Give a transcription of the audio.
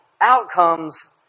outcomes